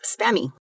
spammy